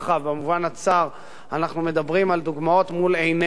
במובן הצר אנחנו מדברים על דוגמאות מול עינינו.